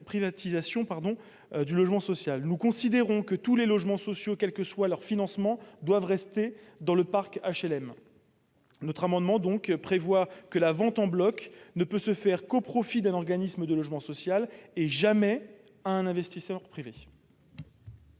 pour notre part que tous les logements sociaux, quel que soit leur financement, doivent rester dans le parc HLM. Notre amendement vise donc à prévoir que la vente en bloc ne peut se faire qu'au profit d'un organisme de logement social, et jamais au profit d'un investisseur privé.